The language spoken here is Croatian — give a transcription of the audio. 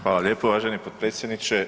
Hvala lijepo uvaženi potpredsjedniče.